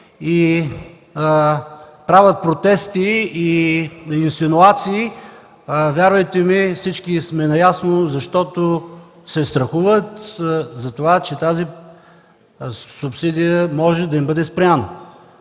правят протести и инсинуации. Вярвайте ми, всички сме наясно, че се страхуват за това, че тази субсидия може да им бъде спряна.